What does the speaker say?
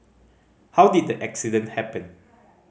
how did the accident happen